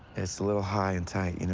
it's a little high and tight, you know